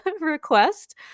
request